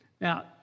Now